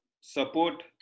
support